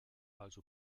also